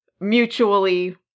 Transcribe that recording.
Mutually